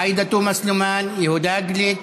עאידה תומא סלימאן, יהודה גליק,